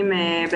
אני